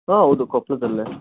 ಹಾಂ ಹೌದು ಕೊಪ್ಪಳದಲ್ಲೆ